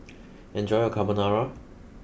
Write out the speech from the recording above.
enjoy your Carbonara